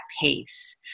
pace